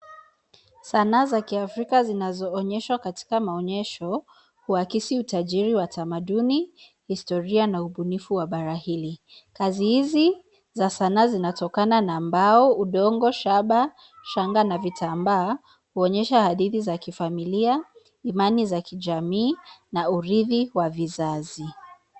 Sanaa za kiafrika zinazoonyeshwa katika maonyesho kuakisi utajiri wa tamaduni, historia na ubunifu wa bara hili. Kazi hizi za sanaa zinatokana na mbao, udongo, shaba, shanga na vitambaa huonyesha hadithi za kifamilia, imani za kijamii na urithi wa vizazi.